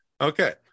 Okay